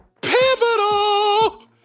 Pivotal